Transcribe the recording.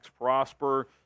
Prosper